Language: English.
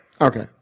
Okay